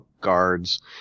guards